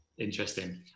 Interesting